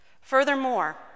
Furthermore